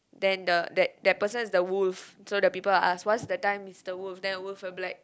then the that that person is the wolf so the people will ask what's the time mister wolf then the wolf will be like